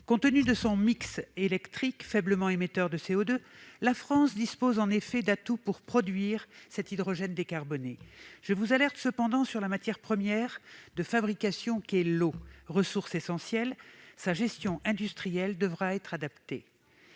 Compte tenu de son mix électrique faiblement émetteur de CO2, la France dispose d'atouts pour produire cet hydrogène décarboné. Je vous alerte cependant sur la matière première de fabrication, à savoir l'eau, qui est une ressource essentielle. Sa gestion industrielle devra être adaptée.